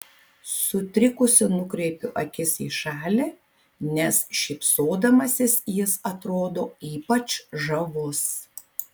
sutrikusi nukreipiu akis į šalį nes šypsodamasis jis atrodo ypač žavus